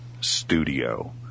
studio